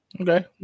Okay